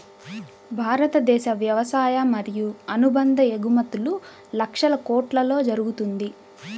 భారతదేశ వ్యవసాయ మరియు అనుబంధ ఎగుమతులు లక్షల కొట్లలో జరుగుతుంది